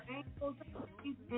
ankles